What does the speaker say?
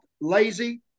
lazy